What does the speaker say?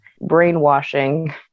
brainwashing